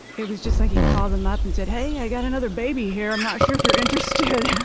it was just like he called them up and said, hey, i got another baby here, i'm not sure if you're interested.